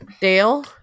Dale